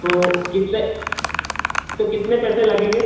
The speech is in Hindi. तो कितने तो कितने पैसे लगेंगे